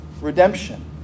redemption